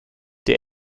die